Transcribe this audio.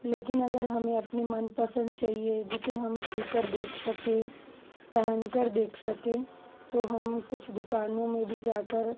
लेकिन अगर हमें अपने मनपसंद चाहिए जिसे हम छू कर देख सकें पहन कर देख सकें तो हम कुछ दुकानों में भी जाकर